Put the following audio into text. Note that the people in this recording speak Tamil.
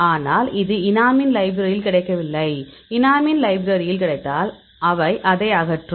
ஆனால் இது எனாமின் லைப்ரரியில் கிடைக்கவில்லை எனாமின் லைப்ரரியில் கிடைத்தால் அவை அதை அகற்றும்